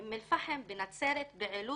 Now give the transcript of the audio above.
באום אל פאחם, בנצרת וכולי